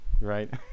right